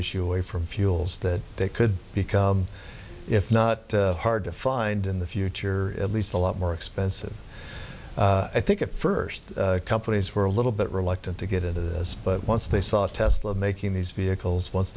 issue away from fuels that they could become if not hard to find in the future at least a lot more expensive i think at first companies were a little bit reluctant to get into this but once they saw tesla making these vehicles once